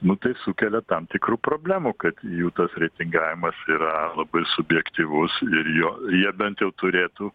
nu tai sukelia tam tikrų problemų kad jų tas reitingavimas yra labai subjektyvus jo jie bent jau turėtų